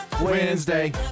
Wednesday